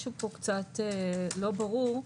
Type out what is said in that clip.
משהו פה קצת לא ברור.